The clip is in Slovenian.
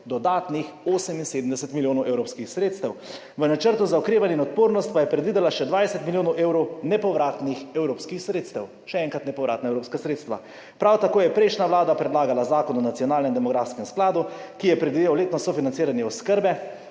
dodatnih 78 milijonov evropskih sredstev. V načrtu za okrevanje in odpornost pa je predvidela še 20 milijonov evrov nepovratnih evropskih sredstev. Še enkrat nepovratna evropska sredstva. Prav tako je prejšnja vlada predlagala zakon o nacionalnem demografskem skladu, ki je predvideval letno sofinanciranje oskrbe